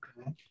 Okay